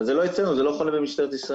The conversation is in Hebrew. אבל זה לא אצלנו, זה לא חונה במשטרת ישראל.